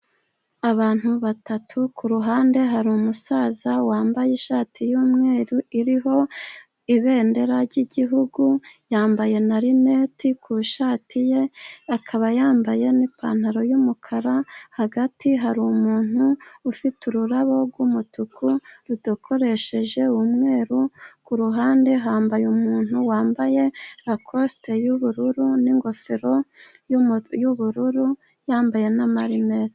Abantu batatu kuruhande hariru umusaza wambaye ishati y'umweru iriho ibendera ryigihugu, yambaye na rineti ku ishati ye, akaba yambaye nipantaro yumukara. Hagati hari umuntu ufite ururabo rw'umutuku rudekoresheje umweru. Kuruhande hari umuntu wambaye rakosite y'ubururu, n'ingofero y'ubururu, yambaye na marinete.